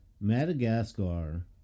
Madagascar